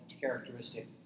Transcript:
characteristic